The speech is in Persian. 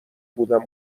بودم